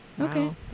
Okay